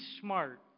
smart